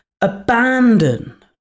abandon